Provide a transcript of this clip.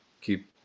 keep